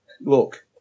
look